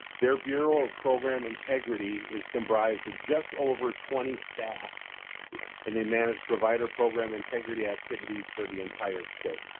their bureau of program integrity is comprised of just over twenty staff and they manage provider program integrity activities for the entire state.